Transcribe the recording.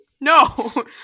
no